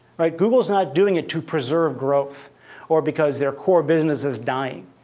right? google is not doing it to preserve growth or because their core business is dying.